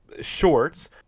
shorts